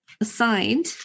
assigned